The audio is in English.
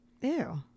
Ew